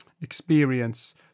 experience